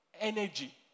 energy